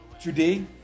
today